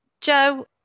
Joe